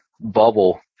bubble